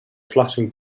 flashing